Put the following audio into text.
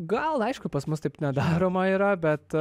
gal aišku pas mus taip nedaroma yra bet